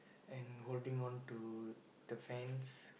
and holding on to the fence